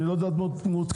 אני לא יודע אם את מעודכנת,